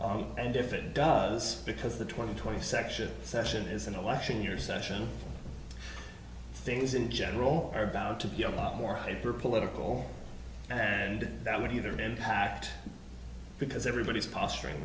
and if it does because the twenty twenty section session is an election year session things in general are about to be a lot more hyper political and that would either be impact because everybody's posturing